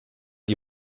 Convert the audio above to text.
die